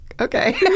Okay